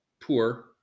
poor